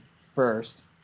first